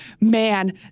man